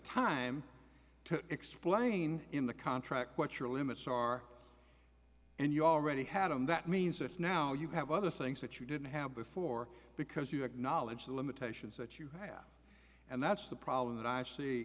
time to explain in the contract what your limits are and you already had and that means it's now you have other things that you didn't have before because you acknowledge the limitations that you have and that's the problem that i see